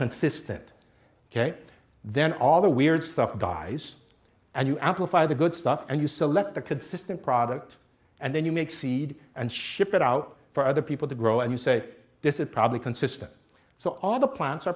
consistent ok then all the weird stuff dies and you out of i the good stuff and you select the consistent product and then you make seed and ship it out for other people to grow and you say this is probably consistent so all the plants are